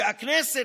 ש"הכנסת,